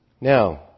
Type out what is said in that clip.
Now